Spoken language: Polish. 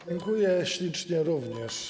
Dziękuję ślicznie również.